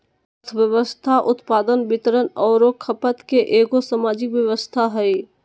अर्थव्यवस्था उत्पादन, वितरण औरो खपत के एगो सामाजिक व्यवस्था हइ